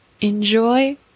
enjoy